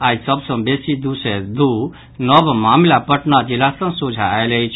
आइ सभ सँ बेसी दू सय दू नव मामिला पटना जिला सँ सोझा आयल अछि